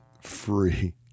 free